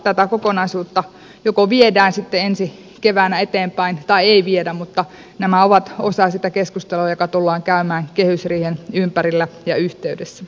tätä kokonaisuutta joko viedään ensi keväänä eteenpäin tai sitten ei viedä mutta nämä ovat osa sitä keskustelua joka tullaan käymään kehysriihen ympärillä ja yhteydessä